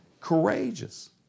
courageous